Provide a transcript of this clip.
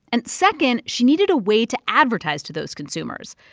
and second, she needed a way to advertise to those consumers.